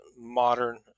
modern